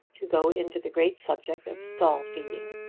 to go into the great subject of stall-feeding.